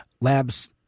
labs